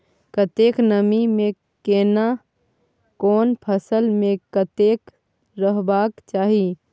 कतेक नमी केना कोन फसल मे कतेक रहबाक चाही?